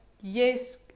Yes